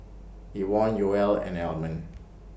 Ivonne Yoel and Almond